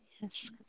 Yes